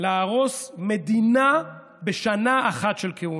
להרוס מדינה בשנה אחת של כהונה,